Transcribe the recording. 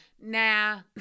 nah